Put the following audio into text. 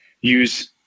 use